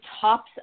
tops